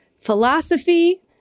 philosophy